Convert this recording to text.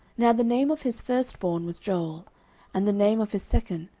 now the name of his firstborn was joel and the name of his second,